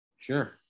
Sure